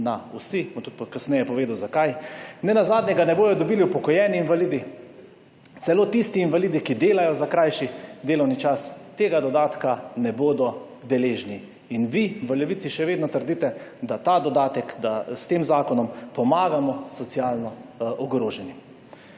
na vsi, bom tudi kasneje povedal, zakaj, nenazadnje ga ne bojo dobili upokojeni invalidi, celo tisti invalidi, ki delajo za krajši delovni čas, tega dodatka ne bodo deležni in vi v Levici še vedno trdite, da ta dodatek, da s tem zakonom pomagamo socialno ogroženim.